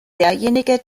derjenige